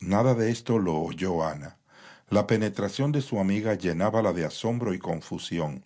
nada de esto lo oyó ana la penetración desu amiga llenábala de asombro y confusión